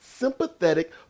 Sympathetic